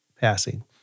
passing